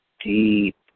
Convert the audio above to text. deep